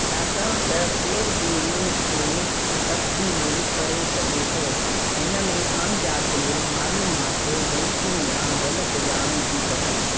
छाकाणि त केरु बि इन्हनि खे तब्दीलु करे सघे थो हिनमें अणॼातलु मालूमात ग़लतियूं या ग़लति ॼाणु थी सघे थी